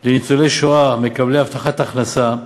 נוגע לניצולי שואה מקבלי הבטחת הכנסה: